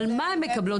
אבל מה הן מקבלות?